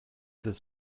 this